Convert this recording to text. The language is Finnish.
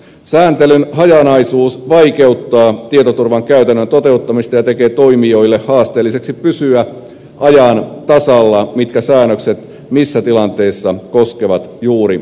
sääntelyn hajanaisuus vaikeuttaa tietoturvan käytännön toteuttamista ja tekee toimijoille haasteelliseksi pysyä ajan tasalla siitä mitkä säännökset missä tilanteissa koskevat juuri heitä